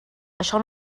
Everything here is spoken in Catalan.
això